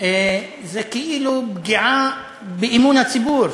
זה כאילו פגיעה באמון הציבור,